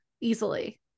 easily